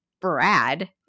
Brad